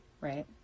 right